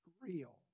real